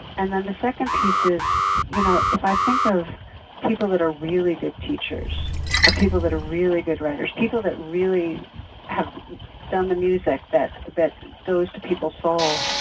and then the second piece is, you know if i think of people that are really good teachers or people that are really good writers, people that really have done the music that that goes to people soul,